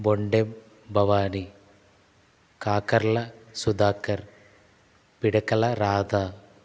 Bondem Bhavani Kakarla Sudhakar Pidakala Radha